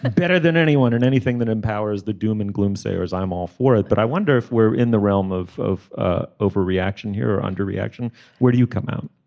and better than anyone and anything that empowers the doom and gloom sayers i'm all for it. but i wonder if we're in the realm of of ah overreaction here or under reaction where do you come out.